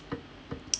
mm